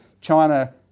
China